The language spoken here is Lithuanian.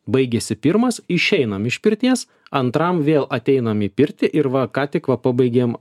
baigėsi pirmas išeinam iš pirties antram vėl ateinam į pirtį ir va ką tik va pabaigėm